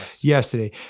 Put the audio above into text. yesterday